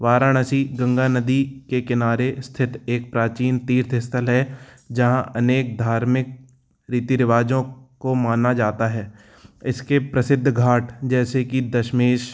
वाराणसी गंगा नदी के किनारे स्थित एक प्राचीन तीर्थ स्थल है जहाँ अनेक धार्मिक रीति रिवाजों को माना जाता है इसके प्रसिद्ध घाट जैसे कि दशमेष